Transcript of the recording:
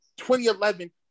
2011